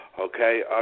Okay